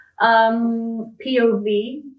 POV